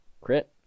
crit